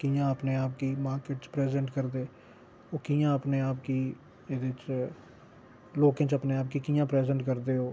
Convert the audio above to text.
कि'यां अपने आप गी मार्केट च प्रजेंट करदे ओह् कि'यां अपने आप गी एह्दे च लोकें च अपने आप गी कि'यां प्रजेंट करदे ओ